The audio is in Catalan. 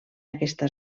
aquesta